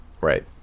Right